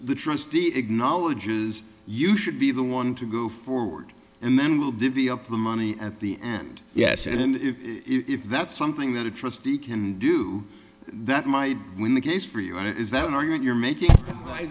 the trustee acknowledges you should be the one to go forward and then we'll divvy up the money at the end yes and if that's something that a trustee can do that my when the case for you and it is that an argument you're making